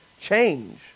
change